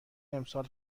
امسال